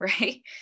right